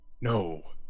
No